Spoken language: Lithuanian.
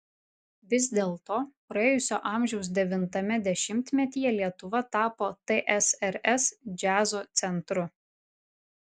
vis dėlto praėjusio amžiaus devintame dešimtmetyje lietuva tapo tsrs džiazo centru